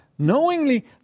knowingly